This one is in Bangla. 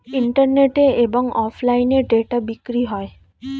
ইন্টারনেটে এবং অফলাইনে ডেটা বিক্রি হয়